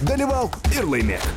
dalyvauk ir laimėk